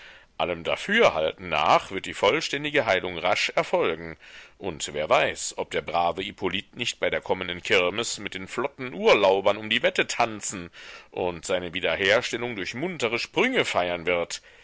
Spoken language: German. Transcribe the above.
allem dafürhalten nach wird die vollständige heilung rasch erfolgen und wer weiß ob der brave hippolyt nicht bei der kommenden kirmes mit den flotten urlaubern um die wette tanzen und seine wiederherstellung durch muntere sprünge feiern wird